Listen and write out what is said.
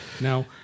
now